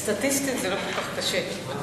חברי חברי הכנסת, הרב